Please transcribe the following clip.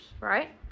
right